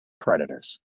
Predators